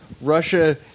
Russia